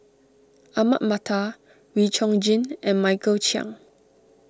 Ahmad Mattar Wee Chong Jin and Michael Chiang